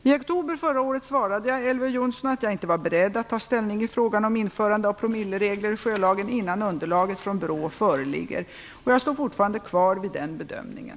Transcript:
I oktober förra året svarade jag Elver Jonsson att jag inte var beredd att ta ställning i frågan om införande av promilleregler i sjölagen innan underlaget från BRÅ föreligger. Jag står fortfarande kvar vid den bedömningen.